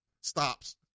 stops